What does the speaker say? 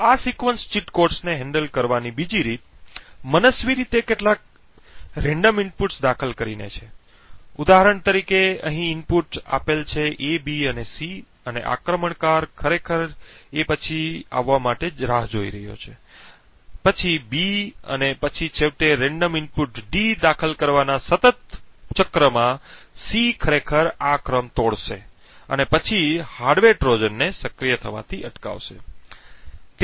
આ sequence cheat કોડ્સને handle કરવાની બીજી રીત મનસ્વી રીતે કેટલાક રેન્ડમ ઇનપુટ્સ દાખલ કરીને છે ઉદાહરણ તરીકે અહીં ઇનપુટ આપેલ છે A B અને C છે અને આક્રમણકાર ખરેખર એ પછી આવવા માટે રાહ જોઈ રહ્યું છે પછી B અને પછી છેવટે રેન્ડમ ઇનપુટ ડી દાખલ કરવાના સતત ચક્રમાં સી ખરેખર આ ક્રમ તોડશે અને પછી હાર્ડવેર ટ્રોજનને સક્રિય થવાથી અટકાવશે